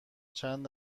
چند